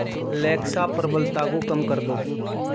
Alexa प्रबलता को कम कर दो